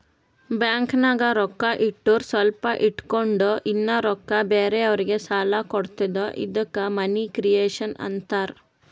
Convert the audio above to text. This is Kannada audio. ಬ್ಯಾಂಕ್ನಾಗ್ ರೊಕ್ಕಾ ಇಟ್ಟುರ್ ಸ್ವಲ್ಪ ಇಟ್ಗೊಂಡ್ ಇನ್ನಾ ರೊಕ್ಕಾ ಬೇರೆಯವ್ರಿಗಿ ಸಾಲ ಕೊಡ್ತುದ ಇದ್ದುಕ್ ಮನಿ ಕ್ರಿಯೇಷನ್ ಆಂತಾರ್